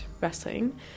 wrestling